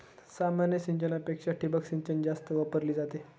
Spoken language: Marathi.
सामान्य सिंचनापेक्षा ठिबक सिंचन जास्त वापरली जाते